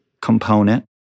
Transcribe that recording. component